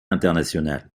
internationale